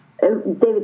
David